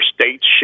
states